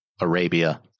Arabia